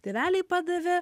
tėveliai padavė